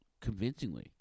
convincingly